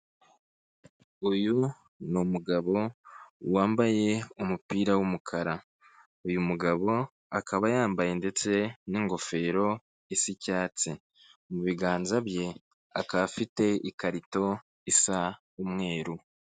Uyu ni umugabo wambaye umupira w'umukara, uyu mugabo akaba yambaye ndetse n'ingofero y'icyatsi, mu biganza bye akaba afite ikarito isa umweru.